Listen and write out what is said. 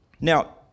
Now